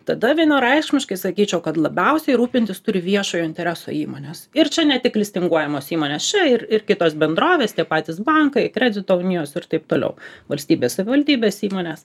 tada vienareikšmiškai sakyčiau kad labiausiai rūpintis turi viešojo intereso įmonės ir čia ne tik listinguojamos įmonės čia ir ir kitos bendrovės tie patys bankai kredito unijos ir taip toliau valstybės savivaldybės įmonės